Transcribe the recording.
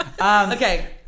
okay